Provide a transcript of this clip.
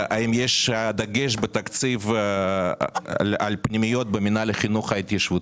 האם יש דגש בתקציב על פנימיות במינהל לחינוך ההתיישבותי?